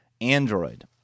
Android